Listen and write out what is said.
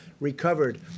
recovered